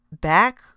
back